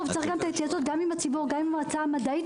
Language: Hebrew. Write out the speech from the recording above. גם עם הציבור וגם עם המועצה המדעית.